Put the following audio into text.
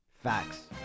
Facts